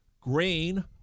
grain